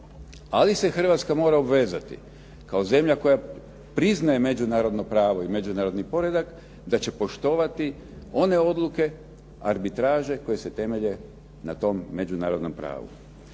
Ali se Hrvatska mora obvezati kao zemlja koja priznaje međunarodno pravo i međunarodni poredak da će poštovati one odluke arbitraže koje se temelje na tom međunarodnom pravu.